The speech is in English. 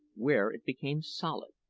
where it became solid.